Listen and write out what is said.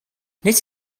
wnes